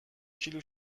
کیلو